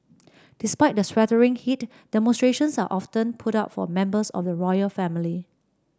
despite the sweltering heat demonstrations are often put up for members of the royal family